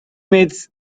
meets